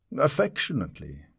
affectionately